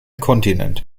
kontinent